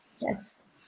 Yes